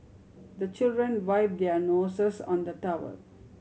the children wipe their noses on the towel